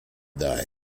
daher